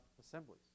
assemblies